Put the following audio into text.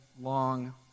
long